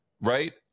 right